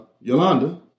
Yolanda